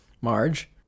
Marge